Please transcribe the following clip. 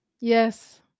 Yes